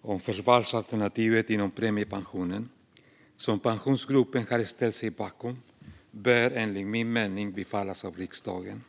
om förvalsalternativet inom premiepensionen, som Pensionsgruppen har ställt sig bakom, bör enligt min mening bifallas av riksdagen.